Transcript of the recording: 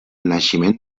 naixement